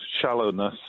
shallowness